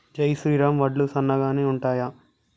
జై శ్రీరామ్ వడ్లు సన్నగనె ఉంటయా?